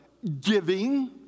Giving